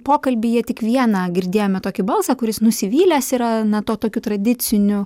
pokalbyje tik vieną girdėjome tokį balsą kuris nusivylęs yra na tuo tokiu tradiciniu